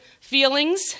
feelings